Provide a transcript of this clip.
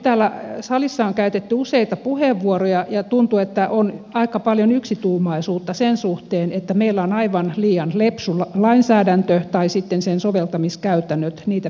täällä salissa on käytetty useita puheenvuoroja ja tuntuu että on aika paljon yksituumaisuutta sen suhteen että meillä on aivan liian lepsu lainsäädäntö tai sitten sen soveltamiskäytäntöjä pitäisi kiristää